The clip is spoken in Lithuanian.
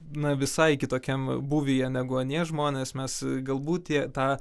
na visai kitokiam būvyje negu anie žmonės mes galbūt tie tą